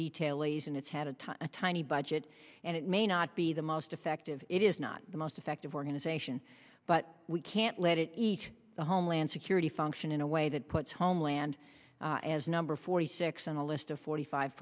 a tiny budget and it may not be the most effective it is not the most effective organization but we can't let it eat the homeland security function in a way that puts homeland as number forty six on a list of forty five